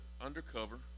undercover